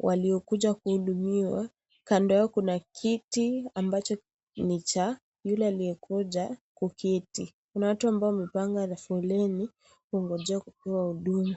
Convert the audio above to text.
waliokuja kuhudumiwa , Kando yao kuna kiti ambacho ni cha yule aliyekuja kuketi kuna watu ambao wamepanga foleni kungojea kupewa huduma.